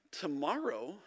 Tomorrow